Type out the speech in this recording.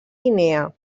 guinea